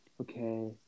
okay